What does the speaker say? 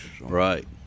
Right